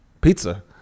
pizza